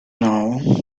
now